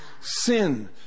Sin